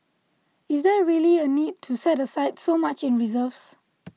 is there really a need to set aside so much in reserves